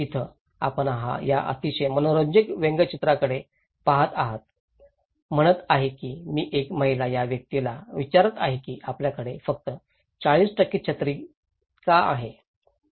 इथं आपण या अतिशय मनोरंजक व्यंगचित्रांकडे पाहत आहात म्हणत आहे की ही महिला या व्यक्तीला विचारत आहे की आपल्याकडे फक्त 40 छत्री का आहे